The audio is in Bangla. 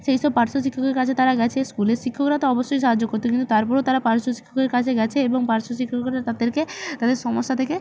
সেই সব পার্শ্ব শিক্ষকের কাছে তারা গিয়েছে স্কুলের শিক্ষকরা তো অবশ্যই সাহায্য করত কিন্তু তার পরেও তারা পার্শ্ব শিক্ষকের কাছে গিয়েছে এবং পার্শ্ব শিক্ষকরা তাদেরকে তাদের সমস্যা থেকে